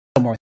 more